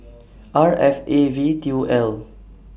R F A V two L